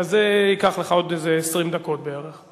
אז זה ייקח לך עוד איזה 20 דקות בערך.